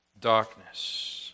darkness